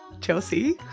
Chelsea